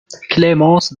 clémence